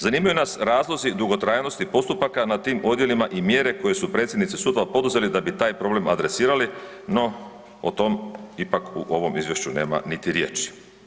Zanimaju nas razlozi dugotrajnosti postupaka na tim odjelima i mjere koje su predsjednici sudova poduzeli da bi taj problem adresirali no o tome ipak u ovom izvješću nema niti riječi.